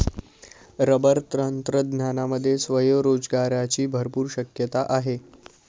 rubber तंत्रज्ञानामध्ये स्वयंरोजगाराची भरपूर शक्यता आहे